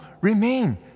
remain